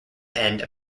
end